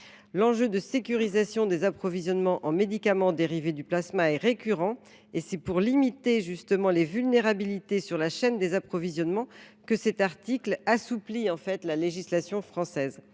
L’enjeu de sécurisation des approvisionnements en médicaments dérivés du plasma est récurrent. C’est pour limiter les vulnérabilités de la chaîne des approvisionnements que cet article vise à assouplir la législation française.